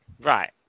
right